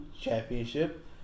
Championship